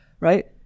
Right